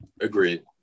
Agreed